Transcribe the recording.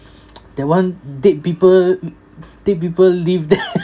that one dead people dead people live there